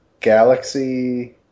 Galaxy